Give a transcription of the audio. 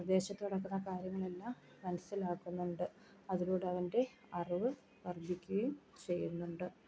പ്രദേശത്ത് നടക്കുന്ന കാര്യങ്ങളെല്ലാം മനസ്സിലാക്കുന്നുണ്ട് അതിലൂടെ അവൻ്റെ അറിവ് വർദ്ധിക്കുകയും ചെയ്യുന്നുണ്ട്